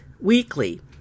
weekly